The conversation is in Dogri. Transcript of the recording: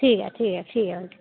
ठीक ऐ ठीक ऐ ठीक ऐ